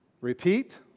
Repeat